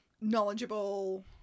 knowledgeable